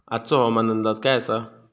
आजचो हवामान अंदाज काय आसा?